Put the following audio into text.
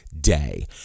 day